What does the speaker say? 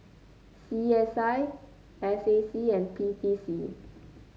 C S I S A C and P T C